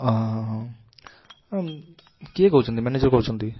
ହଁ କିଏ କହୁଛନ୍ତି ମ୍ୟାନେଜର୍ କହୁଛନ୍ତି